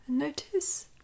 Notice